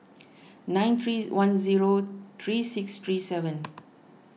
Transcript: nine three one zero three six three seven